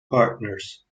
partners